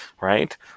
right